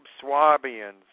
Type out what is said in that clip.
Swabians